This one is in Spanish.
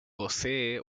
posee